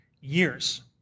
years